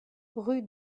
rue